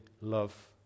love